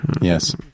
Yes